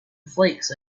flakes